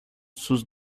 sus